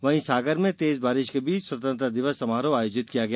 वहीं सागर में तेज बारिश के बीच स्वतंत्रता दिवस समारोह आयोजित हुआ